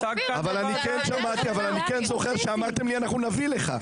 אבל אני כן זוכר שאמרתם אנחנו נביא לך.